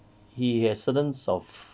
he has certains of